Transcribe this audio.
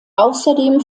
außerdem